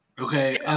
Okay